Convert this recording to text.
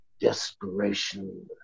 desperation